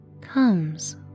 comes